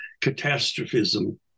catastrophism